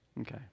Okay